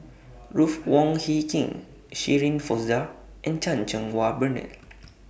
Ruth Wong Hie King Shirin Fozdar and Chan Cheng Wah Bernard